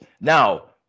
Now